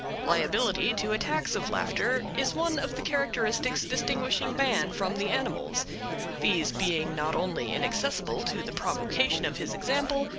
liability to attacks of laughter is one of the characteristics distinguishing man from the animals these being not only inaccessible to the provocation of his example,